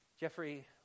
Jeffrey